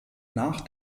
nach